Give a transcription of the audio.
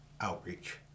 outreach